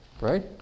right